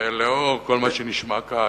ולאור כל מה שנשמע כאן,